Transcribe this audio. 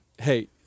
Hey